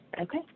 Okay